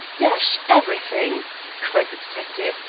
dash everything cried the detective,